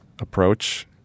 approach